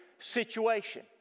situation